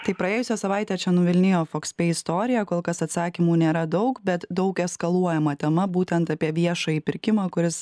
tai praėjusią savaitę čia nuvilnijo fox istorija kol kas atsakymų nėra daug bet daug eskaluojama tema būtent apie viešąjį pirkimą kuris